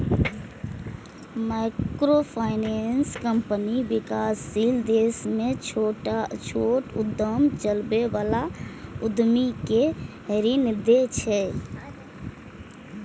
microfinance company विकासशील देश मे छोट उद्यम चलबै बला उद्यमी कें ऋण दै छै